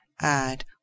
Add